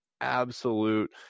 absolute